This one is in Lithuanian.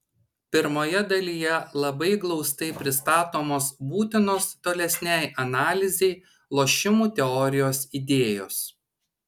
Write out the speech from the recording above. pirmoje dalyje labai glaustai pristatomos būtinos tolesnei analizei lošimų teorijos idėjos